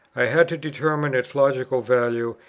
i had to determine its logical value,